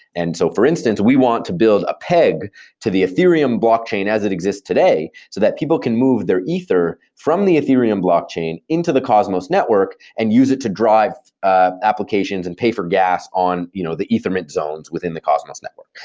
and so for instance, we want to build a peg to the ethereum blockchain as it exists today so that people can move their ether from the ethereum blockchain into the cosmos network and use it to drive applications and pay for gas on you know the ethernet zones within the cosmos network.